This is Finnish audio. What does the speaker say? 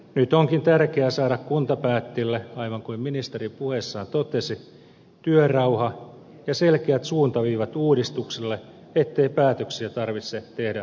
nyt onkin tärkeää saada kuntapäättäjille aivan kuten ministeri puheessaan totesi työrauha ja selkeät suuntaviivat uudistuksille ettei päätöksiä tarvitse tehdä epävarmuudessa